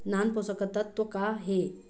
नान पोषकतत्व का हे?